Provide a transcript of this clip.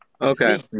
Okay